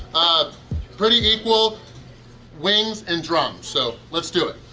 ah pretty equal wings and drums, so let's do it!